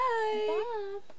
bye